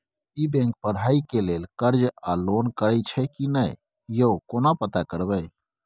ई bank पढ़ाई के लेल कर्ज आ लोन करैछई की नय, यो केना पता करबै?